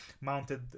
mounted